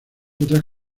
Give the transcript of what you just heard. otras